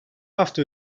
hafta